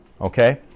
Okay